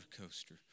coaster